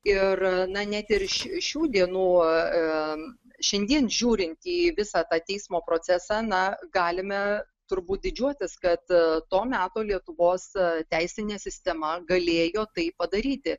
ir na net ir iš š šių dienų a šiandien žiūrinti į visą tą teismo procesą na galime turbūt didžiuotis kad to meto lietuvos teisinė sistema galėjo tai padaryti